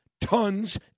tons